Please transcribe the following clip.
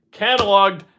cataloged